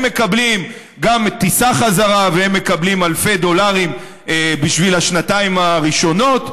הם מקבלים גם טיסה חזרה והם מקבלים אלפי דולרים בשביל השנתיים הראשונות,